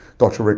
dr. ah